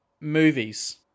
movies